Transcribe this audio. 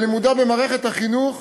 ולימודה במערכת החינוך